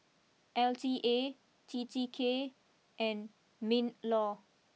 L T A T T K and Minlaw